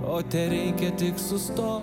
o tereikia tik sustot